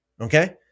Okay